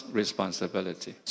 responsibility